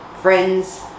friends